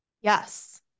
yes